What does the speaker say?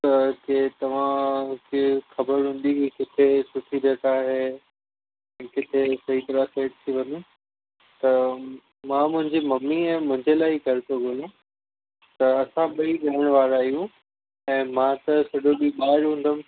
त के तव्हांखे ख़बर हूंदी किथे सुठी जॻह आहे ऐं किथे सही तरहा सां सेट थी वञू त मां मुंहिंजी मम्मी ऐं मुंहिंजे लाइ ई घरु पियो ॻोल्हियां त असां ॿई रहण वारा आहियूं ऐं मां त सॼो ॾींहुं ॿाहिरि हुंदुमि